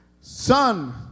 son